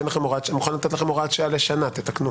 אני מוכן לתת לכם הוראת שעה לשנה, תתקנו.